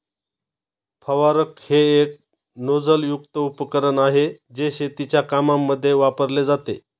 फवारक हे एक नोझल युक्त उपकरण आहे, जे शेतीच्या कामांमध्ये वापरले जाते